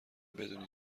بدونی